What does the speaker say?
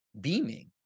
beaming